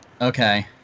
okay